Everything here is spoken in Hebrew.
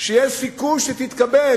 שיש סיכוי שתתקבל,